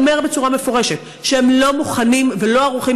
בעצמו אומר בצורה מפורשת שהם לא מוכנים ולא ערוכים